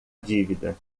dívida